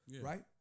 right